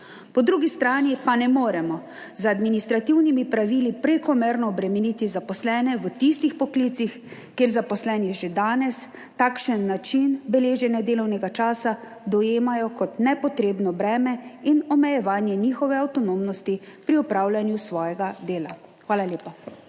po drugi strani pa ne moremo z administrativnimi pravili prekomerno obremeniti zaposlenih v tistih poklicih, kjer zaposleni že danes takšen način beleženja delovnega časa dojemajo kot nepotrebno breme in omejevanje njihove avtonomnosti pri opravljanju svojega dela. Hvala lepa.